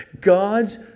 God's